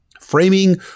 Framing